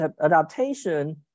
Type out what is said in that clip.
adaptation